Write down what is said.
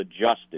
adjusted